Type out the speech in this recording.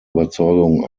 überzeugung